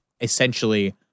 essentially